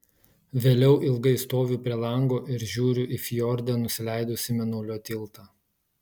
vėliau ilgai stoviu prie lango ir žiūriu į fjorde nusileidusį mėnulio tiltą